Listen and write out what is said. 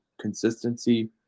consistency